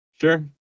Sure